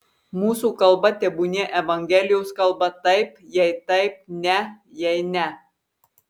mūsų kalba tebūnie evangelijos kalba taip jei taip ne jei ne